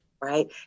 right